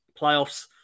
Playoffs